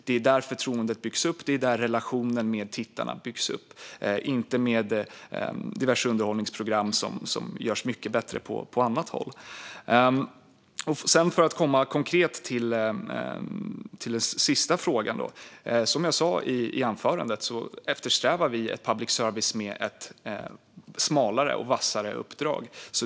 Det är där förtroendet byggs upp, och det är där relationen med tittarna byggs upp - inte med diverse underhållningsprogram som görs mycket bättre på annat håll. Konkret när det gäller den sista frågan eftersträvar vi en public service, som jag sa i anförandet, med ett smalare och vassare uppdrag.